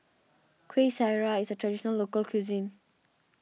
Kuih Syara is a Traditional Local Cuisine